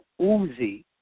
Uzi